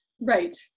right